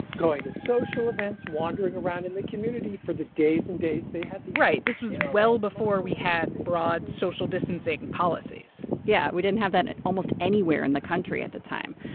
going to social events, wandering around in the community for the days and days they had the. right. this was well before we had broad social distancing policies yeah. we didn't have that at almost anywhere in the country at the time.